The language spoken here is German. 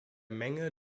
menge